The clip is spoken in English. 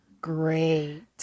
Great